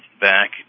back